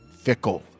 Fickle